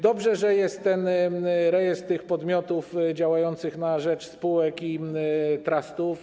Dobrze, że jest rejestr podmiotów działających na rzecz spółek i trustów.